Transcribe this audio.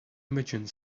imagine